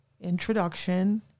Introduction